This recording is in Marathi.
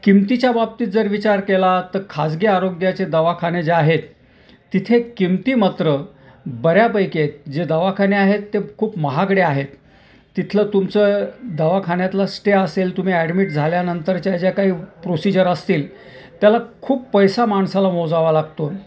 किमतीच्या बाबतीत जर विचार केला तर खाजगी आरोग्याचे दवाखाने जे आहेत तिथे किंमती मात्र बऱ्यापैकी आहेत जे दवाखाने आहेत ते खूप महागडे आहेत तिथलं तुमचं दवाखान्यातला स्टे असेल तुम्ही ॲडमिट झाल्यानंतरच्या ज्या काही प्रोसिजर असतील त्याला खूप पैसा माणसाला मोजावा लागतो